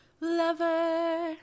lover